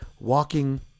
walking